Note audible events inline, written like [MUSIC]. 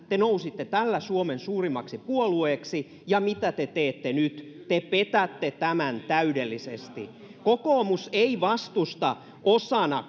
te nousitte tällä suomen suurimmaksi puolueeksi ja mitä te teette nyt te petätte tämän täydellisesti kokoomus ei vastusta osana [UNINTELLIGIBLE]